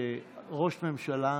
שראש ממשלה,